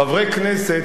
חברי כנסת,